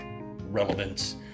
relevance